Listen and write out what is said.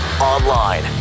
online